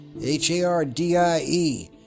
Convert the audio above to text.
H-A-R-D-I-E